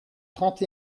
trente